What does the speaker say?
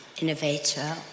innovator